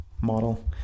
model